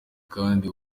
kandi